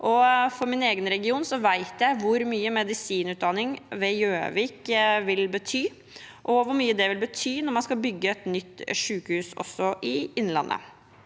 For min egen region vet jeg hvor mye medisinutdanning på Gjøvik vil bety, og hvor mye det også vil bety når man skal bygge et nytt sykehus i Innlandet.